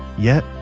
yet,